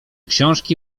książki